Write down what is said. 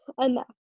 Enough